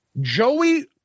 Joey